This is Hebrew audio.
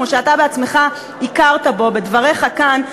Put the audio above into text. כמו שאתה עצמך הכרת בו בדבריך כאן,